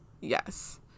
yes